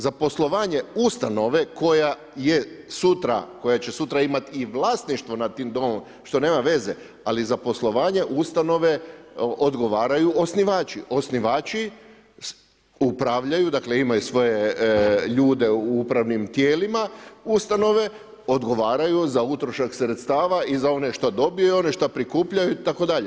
Za poslovanje ustanove koja je sutra, koja će sutra imati i vlasništvo nad tim domom što nema veze ali za poslovanje ustanove odgovaraju osnivači, osnivači upravljaju, dakle imaju svoje ljude u upravnim tijelima ustanove, odgovaraju za utrošak sredstava i za one što dobiju i one šta prikupljaju itd.